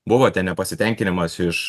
buvo ten nepasitenkinimas iš